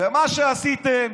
מה שעשיתם,